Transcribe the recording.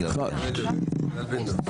הבן-אדם קיבל טיפול.